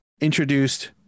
introduced